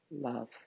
love